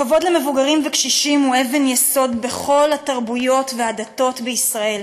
הכבוד למבוגרים וקשישים הוא אבן יסוד בכל התרבויות והדתות בישראל.